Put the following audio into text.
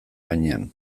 gainean